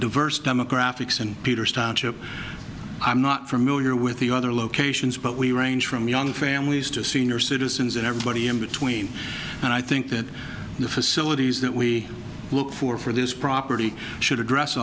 diverse demographics and peters township i'm not familiar with the other locations but we range from young families to senior citizens and everybody in between and i think that the facilities that we look for for this property should address